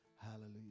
Hallelujah